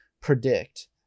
predict